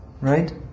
right